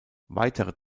weitere